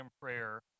prayer